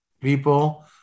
people